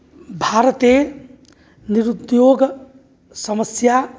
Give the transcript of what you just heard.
भारते निरुद्योगसमस्या